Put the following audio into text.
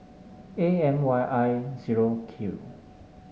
A M Y I zero Q